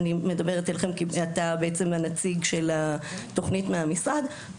אני מדברת אליכם כי אתה הנציג של התוכנית מהמשרד,